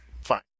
fine